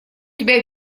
тебя